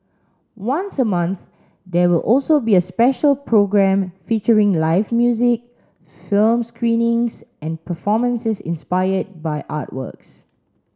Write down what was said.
once a month there will also be a special programme featuring live music film screenings and performances inspired by artworks